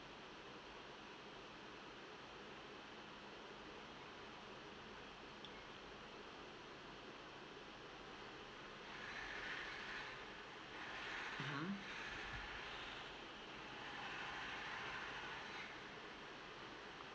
mmhmm